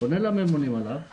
אני פונה לממונים עליו שאומרים: